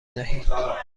دهید